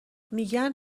میگن